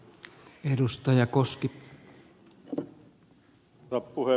herra puhemies